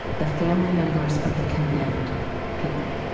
the family members of the condemned people.